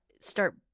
start